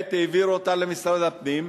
כעת העבירו אותה למשרד הפנים,